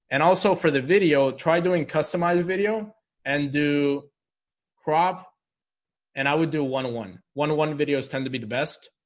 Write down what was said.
and also for the video try doing customized video and do crop and i would do one one one one videos tend to be the best